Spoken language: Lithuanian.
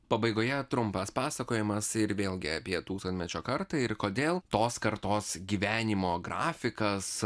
pabaigoje trumpas pasakojimas ir vėlgi apie tūkstantmečio karta ir kodėl tos kartos gyvenimo grafikas